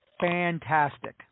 fantastic